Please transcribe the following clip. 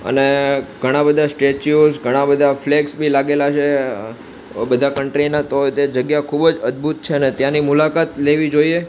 અને ઘણાં બધા સ્ટેચૂસ ઘણા બધા ફ્લેગ્સ બી લાગેલા છે બધાં કન્ટ્રીના તો તે જગ્યા ખૂબ જ અદભુત છે અને ત્યાંની મુલાકાત લેવી જોઈએ